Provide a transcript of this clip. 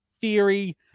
theory